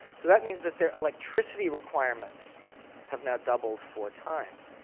so that means that their electricity requirements have now doubled four times.